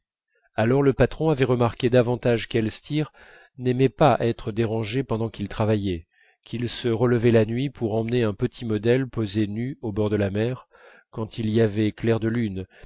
alors le patron avait remarqué davantage qu'elstir n'aimait pas être dérangé pendant qu'il travaillait qu'il se relevait la nuit pour emmener un petit modèle poser nu au bord de la mer quand il y avait clair de lune